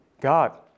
God